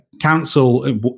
council